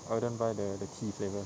I wouldn't buy the the tea flavours